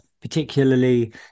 particularly